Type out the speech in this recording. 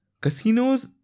Casinos